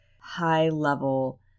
high-level